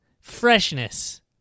freshness